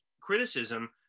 criticism